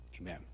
Amen